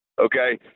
okay